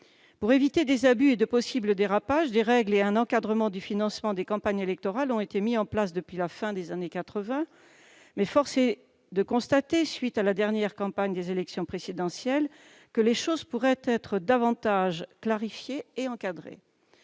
Pour éviter des abus et de possibles dérapages, des règles et un encadrement du financement des campagnes électorales ont été mises en place depuis la fin des années quatre-vingt. Mais force est de constater, à la suite de la dernière campagne en vue de l'élection présidentielle, que les choses pourraient être davantage clarifiées et encadrées.